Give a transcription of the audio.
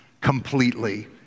completely